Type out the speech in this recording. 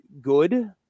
good